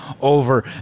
over